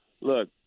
look